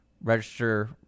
register